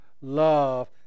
love